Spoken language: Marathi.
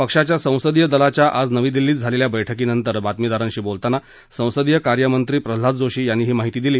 पक्षाच्या संसदीय दलाच्या आज नवी दिल्लीत झालेल्या बैठकीनंतर बातमीदारांशी बोलताना संसदीय कार्यमंत्री प्रल्हाद जोशी यांनी ही माहिती दिली